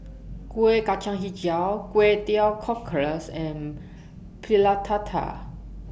Kueh Kacang Hijau Kway Teow Cockles and Pulut Tatal